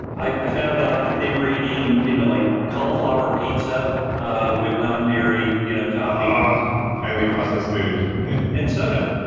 i found out that they were eating you know like cauliflower pizza ah with nondairy you know aah, um ah highly processed food and soda.